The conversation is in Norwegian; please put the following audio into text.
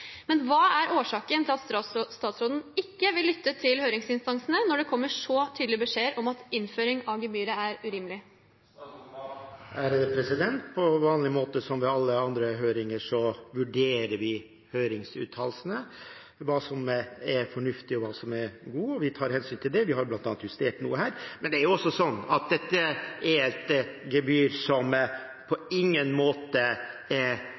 Men hva er årsaken til at statsråden ikke vil lytte til høringsinstansene når det kommer så tydelige beskjeder om at innføring av gebyret er urimelig? På vanlig måte som ved alle andre høringer, så vurderer vi høringsuttalelsene – hva er fornuftig og hva er godt. Vi tar hensyn til dette og har bl.a. justert noe her. Dette er et gebyr som på ingen måte er